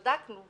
בדקנו,